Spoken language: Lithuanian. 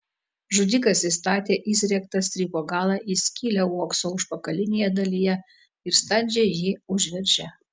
žudikas įstatė įsriegtą strypo galą į skylę uokso užpakalinėje dalyje ir standžiai jį užveržė